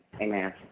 Amen